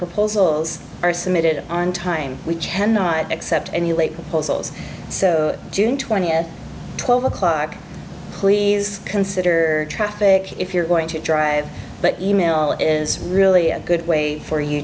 proposals are submitted on time we cannot accept any late proposals june twentieth twelve o'clock please consider traffic if you're going to drive but email is really a good way for you